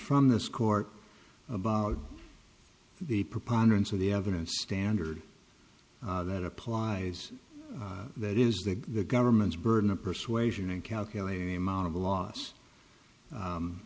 from this court about the preponderance of the evidence standard that applies that is that the government's burden of persuasion and calculating the amount of the loss u